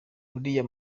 buriya